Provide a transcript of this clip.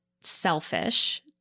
selfish